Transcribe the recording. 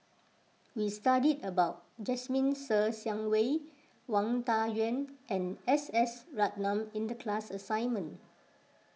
we studied about Jasmine Ser Xiang Wei Wang Dayuan and S S Ratnam in the class assignment